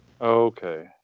Okay